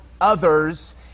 others